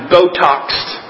Botoxed